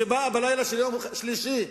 שבאה בלילה של יום שלישי לשפרעם,